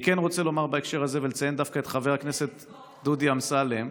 אני כן רוצה לומר בהקשר הזה ולציין דווקא את חבר הכנסת דודי אמסלם.